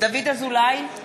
דוד אזולאי,